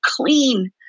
clean